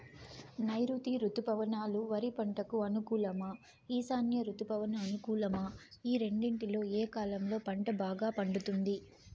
నైరుతి రుతుపవనాలు వరి పంటకు అనుకూలమా ఈశాన్య రుతుపవన అనుకూలమా ఈ రెండింటిలో ఏ కాలంలో పంట బాగా పండుతుంది?